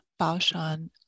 Baoshan